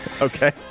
Okay